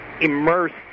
immersed